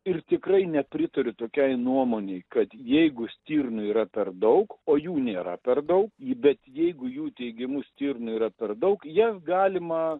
ir tikrai nepritariu tokiai nuomonei kad jeigu stirnų yra per daug o jų nėra per daug bet jeigu jų teigimu stirnų yra per daug jas galima